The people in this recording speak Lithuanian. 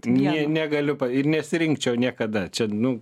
nie negaliu ir nesirinkčiau niekada čia nu